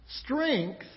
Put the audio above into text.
Strength